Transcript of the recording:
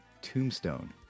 tombstone